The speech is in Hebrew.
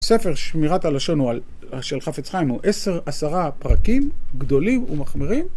ספר שמירת הלשון של חפץ חיים הוא עשר עשרה פרקים גדולים ומחמירים